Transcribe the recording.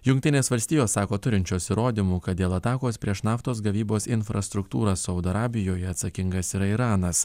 jungtinės valstijos sako turinčios įrodymų kad dėl atakos prieš naftos gavybos infrastruktūrą saudo arabijoje atsakingas yra iranas